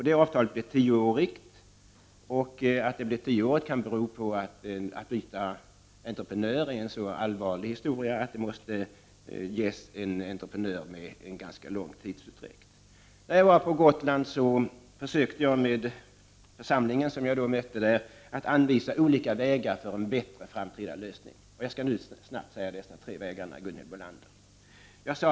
Detta avtal blev tioårigt. Att det blev tioårigt kan bero på att det är en så pass allvarlig historia att byta entreprenör att uppdraget måste ges åt en entreprenör med ganska stor tidsutdräkt. När jag var på Gotland försökte jag med den församling jag mötte där anvisa olika vägar för en bättre framtida lösning. Jag skall nu snabbt säga vilka de tre vägarna var, Gunhild Bolander.